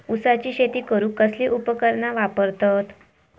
ऊसाची शेती करूक कसली उपकरणा वापरतत?